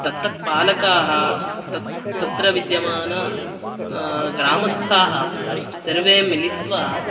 तत्तत् पालकाः तत् तत्र विद्यमानाः ग्रामस्थाः सर्वे मिलित्वा